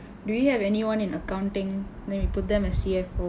do you have anyone in accounting then we put them as C_F_O